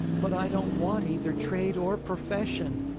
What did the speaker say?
but i don't want either trade or profession.